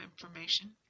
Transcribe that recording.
information